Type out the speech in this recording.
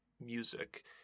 music